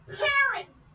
parents